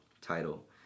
title